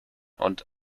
und